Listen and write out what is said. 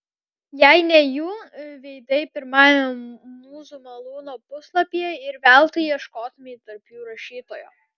jei ne jų veidai pirmajame mūzų malūno puslapyje ir veltui ieškotumei tarp jų rašytojo